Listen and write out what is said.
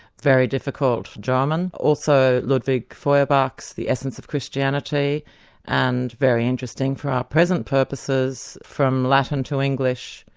very difficult german. also ludwig feuerbach's the essence of christianity and, very interesting for our present purposes, from latin to english,